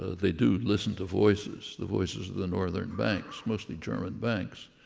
they do listen to voices, the voices of the northern banks, mostly german banks.